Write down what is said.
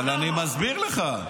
אבל אני מסביר לך.